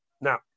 Now